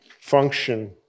function